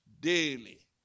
daily